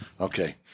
Okay